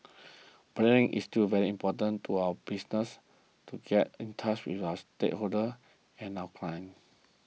branding is still very important for our business to get in touch with our stakeholders and our clients